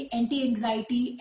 anti-anxiety